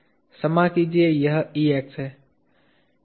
क्षमा कीजिए यह Ex है